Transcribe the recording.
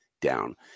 down